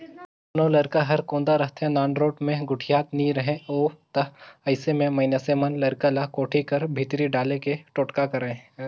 कोनो लरिका हर कोदा रहथे, नानरोट मे गोठियात नी रहें उ ता अइसे मे मइनसे मन लरिका ल कोठी कर भीतरी डाले के टोटका करय